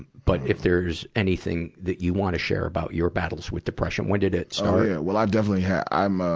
but if there's anything that you wanna share about your battles with depression. when did it start? oh, yeah. well, i definitely had i'm a,